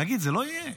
להגיד: זה לא יהיה.